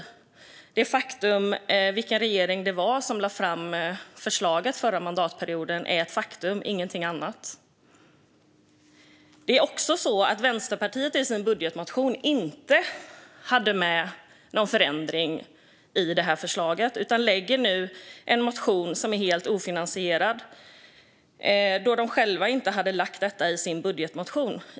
Det är ett faktum vilken regering som lade fram förslaget förra mandatperioden och ingenting annat. Det är också så att Vänsterpartiet i sin budgetmotion inte hade med någon förändring i förslaget. De lägger nu fram en motion som är helt finansierad då de själva inte hade detta i sin budgetmotion.